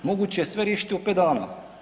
Moguće je sve riješiti u pet dana.